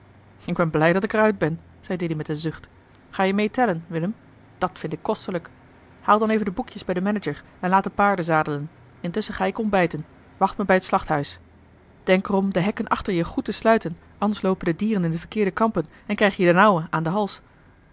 ik ben blij dat ik er uit ben zei dilly met een zucht ga je mee tellen willem dat vind ik kostelijk haal dan even de boekjes bij den manager en laat de paarden zadelen intusschen ga ik ontbijten wacht me bij het slachthuis denk er om de hekken achter je goed te sluiten anders loopen de dieren in de verkeerde kampen en krijg je den oude aan den hals